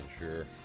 sure